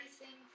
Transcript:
Rising